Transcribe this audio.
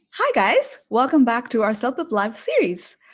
hi guys! welcome back to our celpip live series.